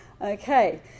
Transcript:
okay